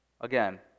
again